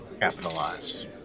capitalize